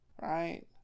Right